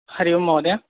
हरिः ओं महोदय